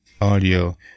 audio